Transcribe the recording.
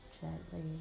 gently